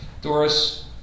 Doris